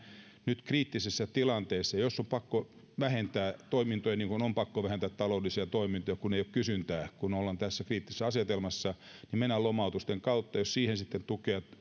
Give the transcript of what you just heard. nyt kriittisessä tilanteessa jos on pakko vähentää toimintoja niin kuin on pakko vähentää taloudellisia toimintoja kun ei ole kysyntää kun ollaan tässä kriittisessä asetelmassa niin mennään lomautusten kautta jos siihen sitten tukea